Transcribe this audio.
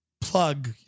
plug